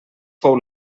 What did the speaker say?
fou